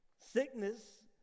Sickness